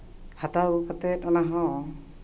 ᱦᱟᱛᱟᱣ ᱟᱹᱜᱩ ᱠᱟᱛᱮᱫ ᱚᱱᱟ ᱦᱚᱸ